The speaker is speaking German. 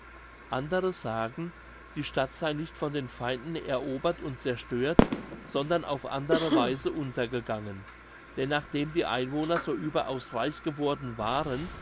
andere sagen die stadt sei nicht von den feinden erobert und zerstört sondern auf andere weise untergegangen denn nachdem die einwohner so überaus reich geworden waren